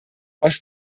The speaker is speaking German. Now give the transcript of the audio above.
aus